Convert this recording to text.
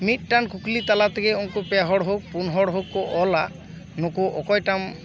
ᱢᱤᱫᱴᱟᱝ ᱠᱩᱠᱞᱤ ᱛᱟᱞᱟᱛᱮᱜᱮ ᱩᱱᱠᱩ ᱯᱮ ᱦᱚᱲ ᱦᱳᱠ ᱯᱩᱱ ᱦᱚᱲ ᱦᱳᱠ ᱠᱚ ᱚᱞᱟ ᱱᱩᱠᱩ ᱚᱠᱚᱭ ᱴᱟᱜ ᱮᱢ